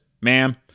Ma'am